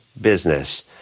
business